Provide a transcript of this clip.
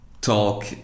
talk